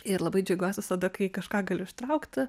ir labai džiaugiuos visada kai kažką galiu ištraukti